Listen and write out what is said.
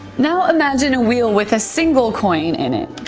now, imagine a wheel with a single coin in it.